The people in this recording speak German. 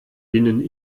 binnen